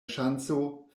ŝanco